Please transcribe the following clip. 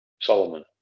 Solomon